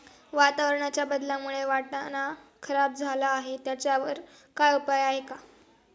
वातावरणाच्या बदलामुळे वाटाणा खराब झाला आहे त्याच्यावर काय उपाय आहे का?